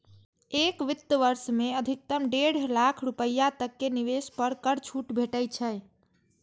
एक वित्त वर्ष मे अधिकतम डेढ़ लाख रुपैया तक के निवेश पर कर छूट भेटै छै